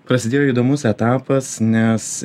prasidėjo įdomus etapas nes